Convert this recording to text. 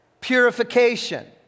purification